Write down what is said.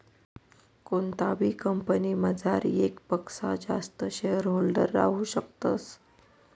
कोणताबी कंपनीमझार येकपक्सा जास्त शेअरहोल्डर राहू शकतस